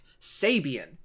Sabian